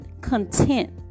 content